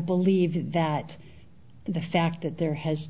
believe that the fact that there has